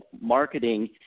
marketing